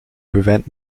prevent